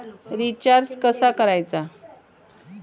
Recharge कसा करायचा?